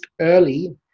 early